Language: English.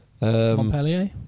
Montpellier